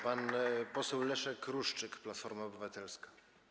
Pan poseł Leszek Ruszczyk, Platforma Obywatelska.